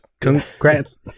Congrats